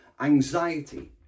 anxiety